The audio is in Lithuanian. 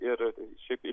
ir šiaip